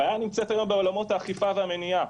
הבעיה נמצאת היום בעולמות האכיפה והמניעה.